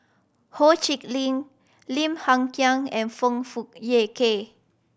Ho Chee Lick Lim Hng Kiang and Foong Fook Kay